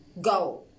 go